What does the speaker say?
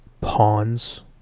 pawns